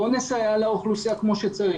בואו נסייע לאוכלוסייה כמו שצריך.